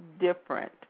different